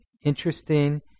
interesting